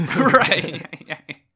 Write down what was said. right